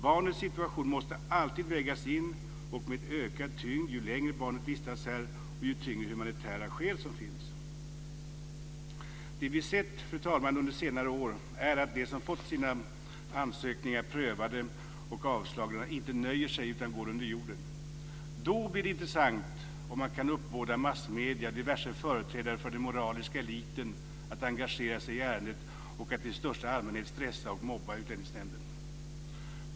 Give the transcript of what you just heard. Barnets situation måste alltid vägas in, och med ökad tyngd ju längre barnet vistats här och ju tyngre humanitära skäl som finns. Fru talman! Det vi sett under senare år är att de som fått sina ansökningar prövade och avslagna inte nöjer sig utan går under jorden. Då blir det intressant om man kan uppbåda massmedierna och diverse företrädare för den moraliska eliten att engagera sig i ärendet och i största allmänhet stressa och mobba Utlänningsnämnden.